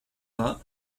vingt